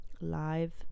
live